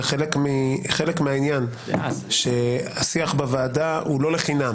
זה חלק מהעניין שהשיח בוועדה הוא לחינם.